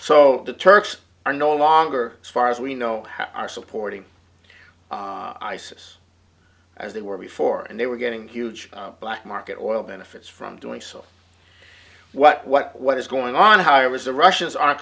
so the turks are no longer as far as we know are supporting isis as they were before and they were getting huge black market oil benefits from doing so what what what is going on however is the russians are